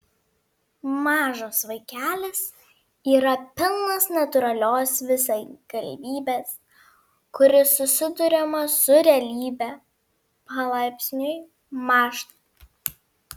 mažas vaikelis yra pilnas natūralios visagalybės kuri susidurdama su realybe palaipsniui mąžta